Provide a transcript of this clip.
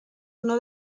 uno